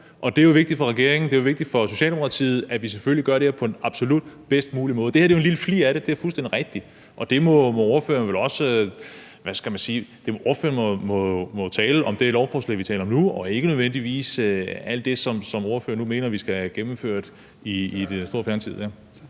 og det er vigtigt for regeringen, det er vigtigt for Socialdemokratiet, at vi selvfølgelig gør det her på den absolut bedst mulige måde. Det her er en lille flig af det, det er fuldstændig rigtigt, og ordføreren må vel tale om det lovforslag, vi taler om nu, og ikke nødvendigvis om alt det, ordføreren mener vi skal have gennemført i den store fremtid.